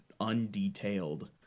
undetailed